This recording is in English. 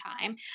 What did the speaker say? time